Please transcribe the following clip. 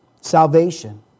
Salvation